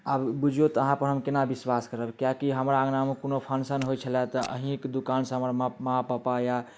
आब बुझियो तऽ अहाँ पर हम केना विश्वास करब किएकि हमरा अंगनामे कोनो फंक्शन होइ छेलै तऽ अहीँके दोकान सँ हमर माँ पपा या